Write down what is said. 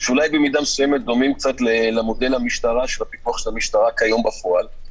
שאולי במידה מסוימת דומים קצת למודל של הפיקוח של המשטרה כיום בפועל,